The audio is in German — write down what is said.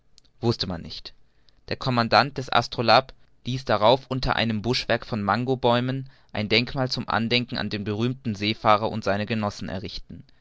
wußte man nicht der commandant des astrolabe ließ darauf unter einem buschwerk von mangobäumen ein denkmal zum andenken an den berühmten seefahrer und seine genossen errichten